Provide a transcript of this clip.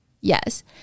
Yes